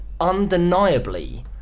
undeniably